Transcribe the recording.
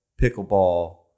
pickleball